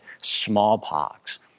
smallpox